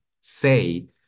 say